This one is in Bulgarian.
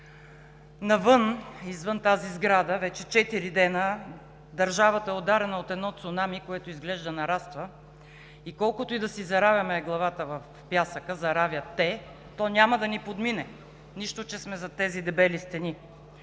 навън, извън тази сграда, вече четири дни държавата е ударена от едно цунами, което изглежда нараства, и колкото и да си заравяте главата в пясъка, то няма да ни подмине, нищо, че сме зад тези дебели стени.